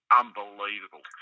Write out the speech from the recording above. unbelievable